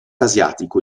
asiatico